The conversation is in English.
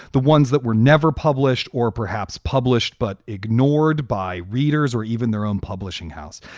the ones that were never published or perhaps published, but ignored by readers or even their own publishing house.